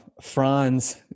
Franz